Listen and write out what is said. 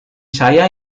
saya